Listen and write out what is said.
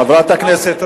חברת הכנסת רגב.